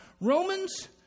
Romans